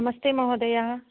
नमस्ते महोदया